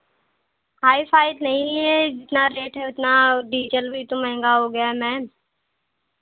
high fi नहीं है जितना रेट है उतना डिजल भी तो महँगा हो गया है मैम